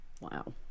Wow